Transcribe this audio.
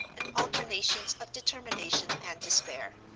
and alternations of determination and despair.